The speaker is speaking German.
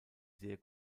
sehr